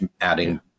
adding